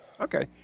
Okay